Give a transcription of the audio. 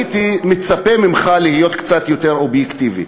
הייתי מצפה ממך להיות קצת יותר אובייקטיבי.